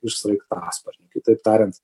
iš sraigtasparnių kitaip tariant